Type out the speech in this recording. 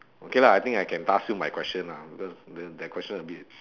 okay lah I think I can pass you my question lah because that that question a bit